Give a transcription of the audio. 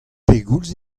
pegoulz